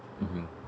mmhmm